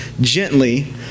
gently